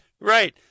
Right